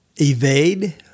evade